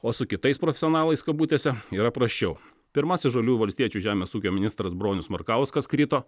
o su kitais profesionalais kabutėse yra prasčiau pirmasis žaliųjų valstiečių žemės ūkio ministras bronius markauskas krito